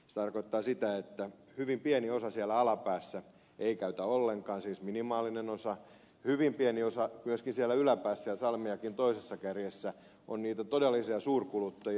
se tarkoittaa sitä että hyvin pieni osa siellä alapäässä ei käytä ollenkaan siis minimaalinen osa ja hyvin pieni osa myöskin siellä yläpäässä ja salmiakin toisessa kärjessä on niitä todellisia suurkuluttajia